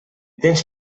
temps